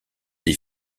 des